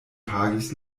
pagis